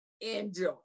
enjoy